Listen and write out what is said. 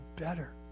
better